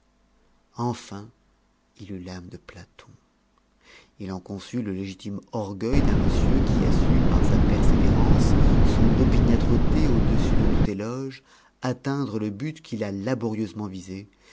enfin il eut l'âme de platon il en conçut le légitime orgueil d'un monsieur qui a su par sa persévérance son opiniâtreté au-dessus de tout éloge atteindre le but qu'il a laborieusement visé